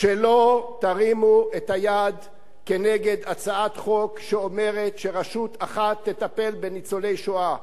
שלא תרימו את היד כנגד הצעת חוק שאומרת שרשות אחת תטפל בניצולי שואה.